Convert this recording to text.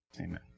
Amen